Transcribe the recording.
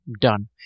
done